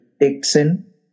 Dixon